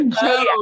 Joe